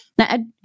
Now